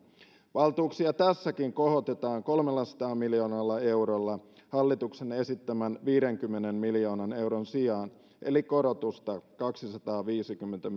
valtuuksia tässäkin kohotetaan kolmellasadalla miljoonalla eurolla hallituksen esittämän viidenkymmenen miljoonan euron sijaan eli korotusta on kaksisataaviisikymmentä